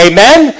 Amen